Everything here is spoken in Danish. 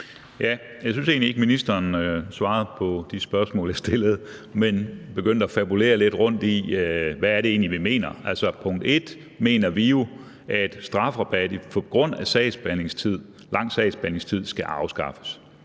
Jeg synes egentlig ikke, at ministeren svarede på de spørgsmål, jeg stillede, men begyndte at fabulere lidt rundt i, hvad det egentlig er, vi mener. Altså, som det første mener vi jo, at strafrabat på grund af lang sagsbehandlingstid skal afskaffes.